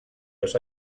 los